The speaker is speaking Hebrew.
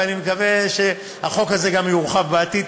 ואני מקווה שהחוק הזה גם יורחב בעתיד.